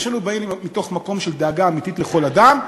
ושנינו באים מתוך מקום של דאגה אמיתית לכל אדם.